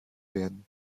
werden